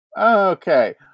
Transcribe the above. okay